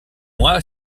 moi